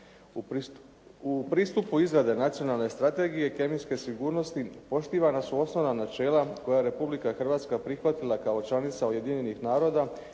U pristupu izrade nacionalne strategije kemijske sigurnosti poštivana su osnovna načela koja je Republika Hrvatska prihvatila kao članica Ujedinjenih naroda